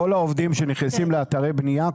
כל העובדים שנכנסים לאתרי בניה,